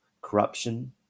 corruption